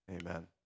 Amen